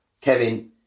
Kevin